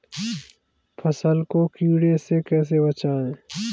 फसल को कीड़े से कैसे बचाएँ?